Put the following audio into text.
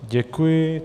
Děkuji.